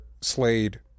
Slade